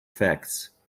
facts